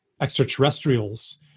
extraterrestrials